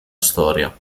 storia